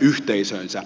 yhteisöönsä